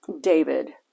David